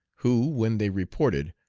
who, when they reported,